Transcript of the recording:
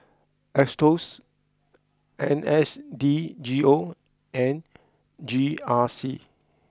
Aetos N S D G O and G R C